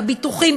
בביטוחים,